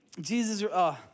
Jesus